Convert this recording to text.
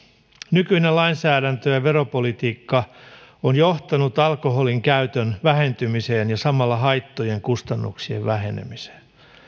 nykyinen lainsäädäntö ja veropolitiikka on johtanut alkoholinkäytön vähentymiseen ja samalla haittojen kustannuksien vähenemiseen